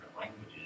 languages